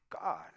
God